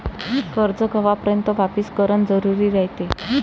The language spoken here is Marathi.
कर्ज कवापर्यंत वापिस करन जरुरी रायते?